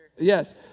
Yes